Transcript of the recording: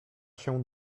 się